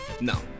No